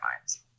minds